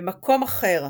במקום אחר,